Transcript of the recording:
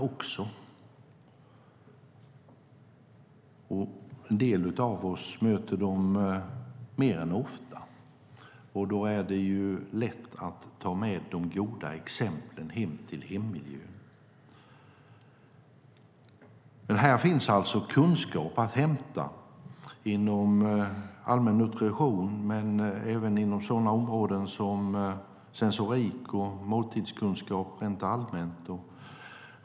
En del av oss möter dem mer än ofta, och då är det lätt att ta med sig de goda exemplen till hemmiljön. Här finns kunskap att hämta inom allmän nutrition men även inom områden som sensorik och måltidskunskap.